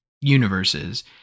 universes